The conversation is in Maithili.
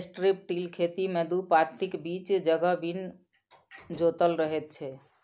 स्ट्रिप टिल खेती मे दू पाँतीक बीचक जगह बिन जोतल रहैत छै